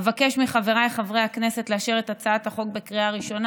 אבקש מחבריי חברי הכנסת לאשר את הצעת החוק בקריאה ראשונה.